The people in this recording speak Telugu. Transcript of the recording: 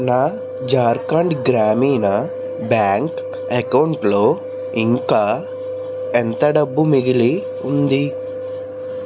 నా ఝార్ఖండ్ గ్రామీణ బ్యాంక్ అకౌంటులో ఇంకా ఎంత డబ్బు మిగిలి ఉంది